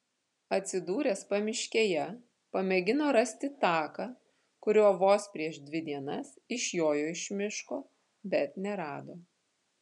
atsidūręs pamiškėje pamėgino rasti taką kuriuo vos prieš dvi dienas išjojo iš miško bet nerado